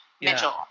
Mitchell